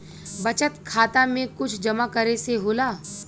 बचत खाता मे कुछ जमा करे से होला?